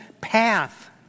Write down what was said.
path